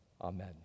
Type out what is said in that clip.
Amen